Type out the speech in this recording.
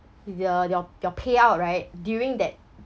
your your your payout right during that